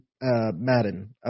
Madden